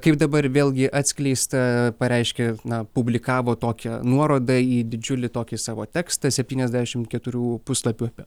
kaip dabar vėlgi atskleista pareiškė na publikavo tokią nuorodą į didžiulį tokį savo tekstą septyniasdešim keturių puslapių